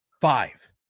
five